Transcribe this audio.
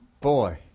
Boy